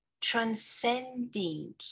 transcending